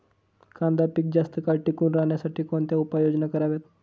कांदा पीक जास्त काळ टिकून राहण्यासाठी कोणत्या उपाययोजना कराव्यात?